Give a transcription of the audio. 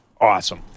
Awesome